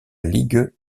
ligue